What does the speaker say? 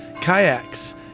kayaks